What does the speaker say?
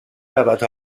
رود